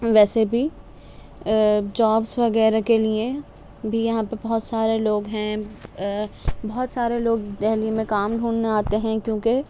ویسے بھی جابس وغیرہ کے لیے بھی یہاں پہ بہت سارے لوگ ہیں بہت سارے لوگ دہلی میں کام ڈھونڈھنے آتے ہیں کیونکہ